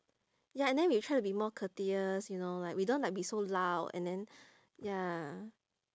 ya and then we try to be more courteous you know like we don't like be so loud and then ya